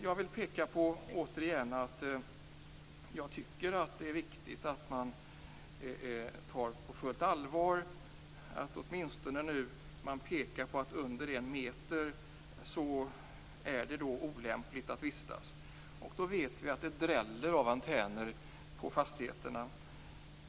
Jag tycker att det är viktigt att man tar saken på fullt allvar och åtminstone påpekar att det är olämpligt att vistas närmare antenner än en meter. Vi vet att det dräller av antenner på fastigheterna.